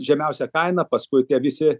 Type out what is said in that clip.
žemiausia kaina paskui tie visi